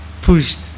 pushed